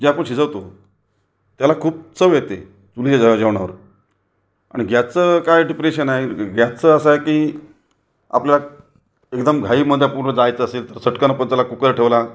जे आपण शिजवतो त्याला खूप चव येते चुलीच्या जेव जेवणावर आणि गॅसचं काय डिप्रेशन आहे गॅसचं असं आहे की आपल्याला एकदम घाईमध्ये आपूनन जायचं असेल तर सटकन आपण चला कुकर ठेवला